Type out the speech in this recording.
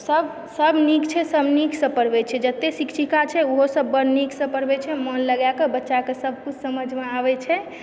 सभ सभ नीक छै सब नीकसँ पढ़बय छै जतय शिक्षिका छै ओहोसभ बड़ नीकसँ पढ़बय छै मन लगाके बच्चाकेँ सभकिछु समझमे आबय छै